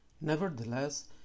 Nevertheless